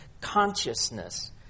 consciousness